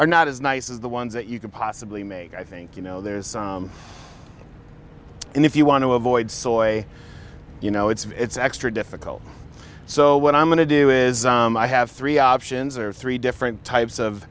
are not as nice as the ones that you could possibly make i think you know there's and if you want to avoid soil you know it's extra difficult so what i'm going to do is i have three options or three different types of